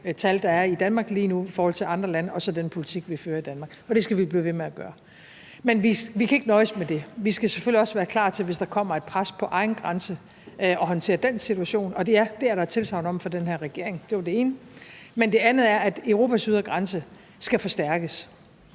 tal, der er i Danmark lige nu i forhold til andre lande, og så den politik, vi fører i Danmark. Og det skal vi blive ved med at gøre. Men vi kan ikke nøjes med det. Vi skal selvfølgelig også være klar til, hvis der kommer et pres på egen grænse, at håndtere den situation, og ja, det er der et tilsagn om fra den her regerings side. Det var det ene. Det andet er, at Europas ydre grænse skal forstærkes,